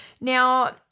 Now